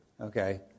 Okay